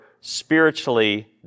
spiritually